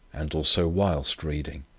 and also whilst reading.